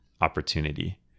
opportunity